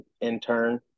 intern